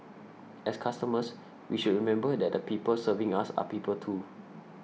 as customers we should remember that the people serving us are people too